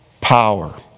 power